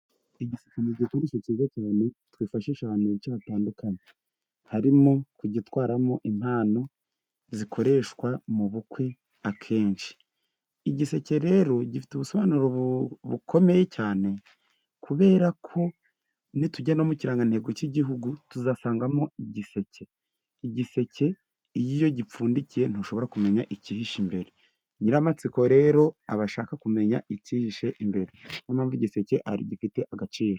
Igiseke ni igikoresho cyiza cyane twifashisha ahantu henshi hatandukanye harimo kugitwaramo impano zikoreshwa mu bukwe akenshi. Igiseke rero gifite ubusobanuro bukomeye cyane, kuberako nitujya no mukirangantego cy'igihugu tuzasangamo igiseke. Igiseke iyo gipfundikiye ntushobora kumenya icyihishe imbere, nyiri amatsiko rero aba ashaka kumenya icyihishe imbere n'iyo mpamvu igiseke ari igikoresho gifite agaciro.